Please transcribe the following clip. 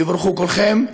תבורכו כולכם.